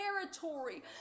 territory